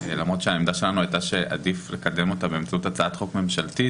למרות שהעמדה שלנו הייתה שעדיף לקדם אותה באמצעות הצעת חוק ממשלתית.